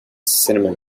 cinnamon